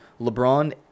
LeBron